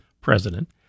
president